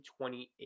28